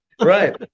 right